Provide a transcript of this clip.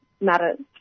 matters